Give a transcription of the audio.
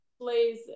plays